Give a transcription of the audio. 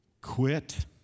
Quit